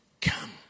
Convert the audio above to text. Come